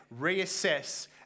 reassess